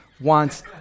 wants